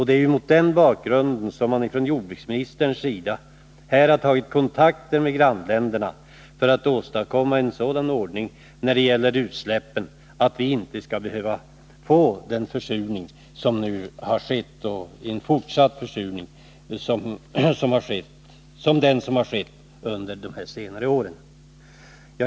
Det är mot den bakgrunden som jordbruksministern har tagit kontakter med våra grannländer för att försöka åstadkomma en sådan ordning när det gäller utsläppen att vi i framtiden inte skall behöva riskera en liknande försurning som den som har förekommit under de senare åren.